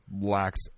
Lacks